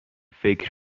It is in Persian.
فکر